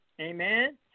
Amen